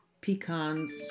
pecans